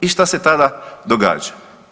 I šta se tada događa?